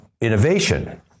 innovation